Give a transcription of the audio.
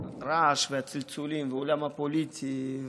הרעש והצלצולים והעולם הפוליטי,